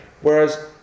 whereas